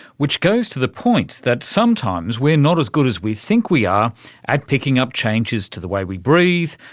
which goes to the point that sometimes we're not as good as we think we are at picking up changes to the way we breathe,